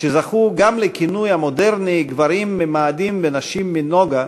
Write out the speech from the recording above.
שזכו גם לכינוי המודרני "גברים ממאדים ונשים מנוגה",